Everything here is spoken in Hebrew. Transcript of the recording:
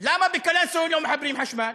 למה בקלנסואה לא מחברים חשמל?